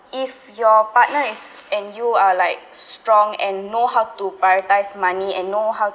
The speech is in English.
if your partner is and you are like strong and know how to prioritize money and know how